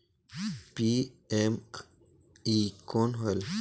PME कौन होयल?